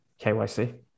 kyc